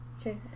okay